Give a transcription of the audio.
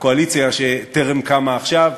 הקואליציה שטרם קמה עכשיו,